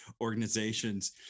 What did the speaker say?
organizations